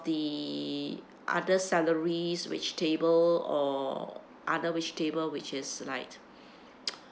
the other celeries vegetable or other vegetable which is like